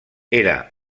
era